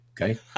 okay